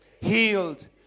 healed